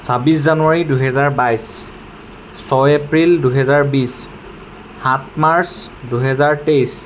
ছাব্বিছ জানুৱাৰী দুহেজাৰ বাইছ ছয় এপ্ৰিল দুহেজাৰ বিছ সাত মাৰ্চ দুহেজাৰ তেইছ